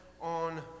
on